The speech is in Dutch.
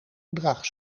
bedrag